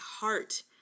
heart